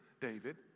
David